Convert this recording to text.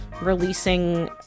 releasing